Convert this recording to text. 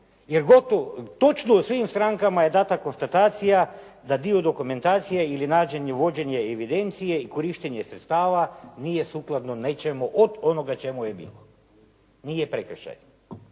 jer točno u svim strankama je dana konstatacija da dio dokumentacije ili nađenje vođenje evidencije ili korištenje sredstava nije sukladno nečemu od onoga čemu je bilo, nije prekršaj,